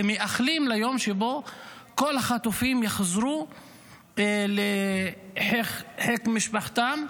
ומאחלים ליום שבו כל החטופים יחזרו לחיק משפחתם,